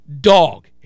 dog